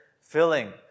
filling